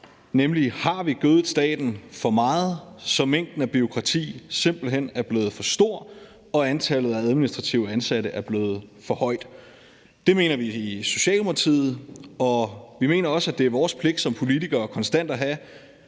nemlig: Har vi gødet staten for meget, så mængden af bureaukrati simpelt hen er blevet for stor og antallet af administrative ansatte er blevet for højt? Det mener vi i Socialdemokratiet, og vi mener også, det er vores pligt som politikere konstant at have